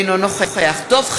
אינו נוכח דב חנין,